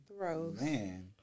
man